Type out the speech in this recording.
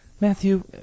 Matthew